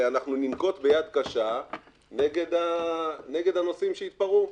אנחנו ננקוט ביד קשה נגד הנוסעים שהתפרעו.